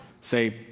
say